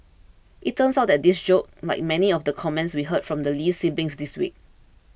it turns out that this joke like many of the comments we heard from the Lee siblings this week